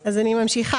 אז אני ממשיכה.